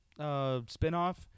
spinoff